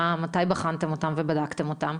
מתי בחנתם אותן ובדקתם אותן?